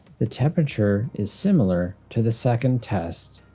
the temperature is similar to the second test.